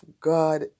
God